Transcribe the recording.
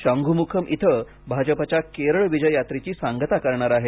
शांघुमुखम इथं भाजपच्या केरळ विजय यात्रेची सांगता करणार आहेत